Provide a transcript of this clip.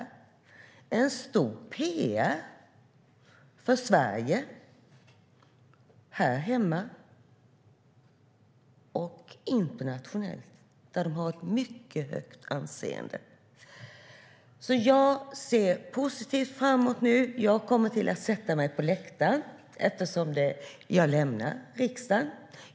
De ger stor pr för Sverige här hemma och även internationellt, där de har ett mycket högt anseende. Jag ser positivt framåt. Jag kommer att sätta mig på läktaren eftersom jag lämnar riksdagen.